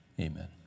Amen